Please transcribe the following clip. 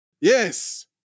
Yes